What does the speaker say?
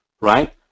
right